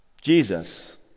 Jesus